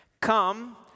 come